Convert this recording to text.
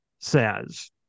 says